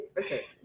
okay